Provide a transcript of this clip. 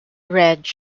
reg